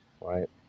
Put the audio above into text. Right